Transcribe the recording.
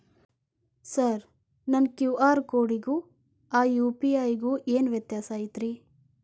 Sir ನನ್ನ QR ಕೊಡಿಗೂ ಆ ಯು.ಪಿ.ಐ ಗೂ ಏನ್ ವ್ಯತ್ಯಾಸ ಐತ್ರಿ?